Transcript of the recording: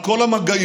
על כל המגעים,